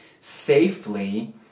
safely